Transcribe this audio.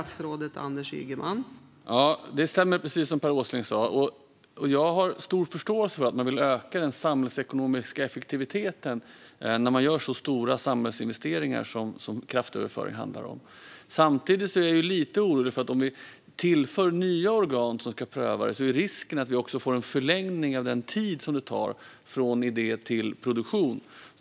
Fru talman! Det stämmer, precis som Per Åsling sa. Jag har stor förståelse för att man vill öka den samhällsekonomiska effektiviteten när man gör så stora samhällsinvesteringar som kraftöverföring handlar om. Samtidigt är jag lite orolig för att om vi tillför nya organ som ska pröva det är risken att vi också får en förlängning av den tid det tar från idé till produktion.